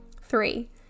Three